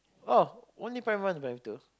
oh only primary one and primary two